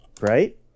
right